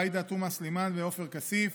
עאידה תומא סלימאן ועופר כסיף,